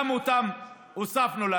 גם להם הוספנו,